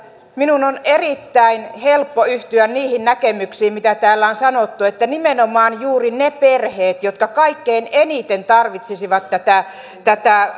minun on erittäin helppo yhtyä niihin näkemyksiin mitä täällä on sanottu että nimenomaan juuri ne perheet jotka kaikkein eniten tarvitsisivat tätä tätä